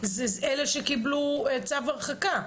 זה אלה שקיבלו צו הרחקה.